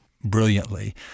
brilliantly